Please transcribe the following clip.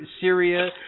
Syria